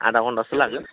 आधा घन्टासो लागोन